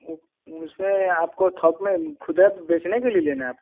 वह वह उसमें आपको थोक में खुद ही बेचने के लिए लेना है आपको